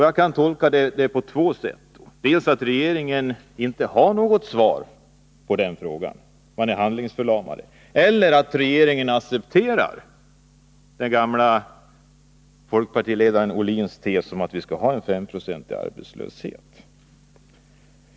Jag kan tolka detta på två sätt: antingen har regeringen inte något svar att ge på frågan — man är handlingsförlamad — eller också accepterar regeringen den gamle folkpartiledaren Bertil Ohlins tes att vi skall ha en 5-procentig arbetslöshet.